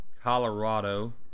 Colorado